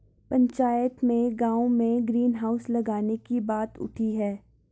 पंचायत में गांव में ग्रीन हाउस लगाने की बात उठी हैं